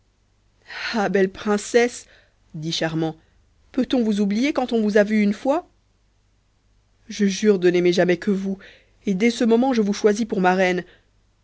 ah belle princesse dit charmant peut-on vous oublier quand on vous a vue une fois je jure de n'aimer que vous et dès ce moment je vous choisis pour